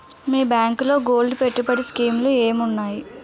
మీ బ్యాంకులో గోల్డ్ పెట్టుబడి స్కీం లు ఏంటి వున్నాయి?